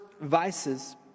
vices